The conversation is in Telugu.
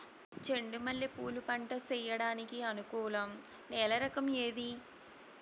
చెండు మల్లె పూలు పంట సేయడానికి అనుకూలం నేల రకం ఏది